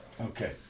Okay